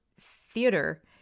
theater